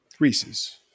Reeses